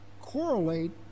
correlate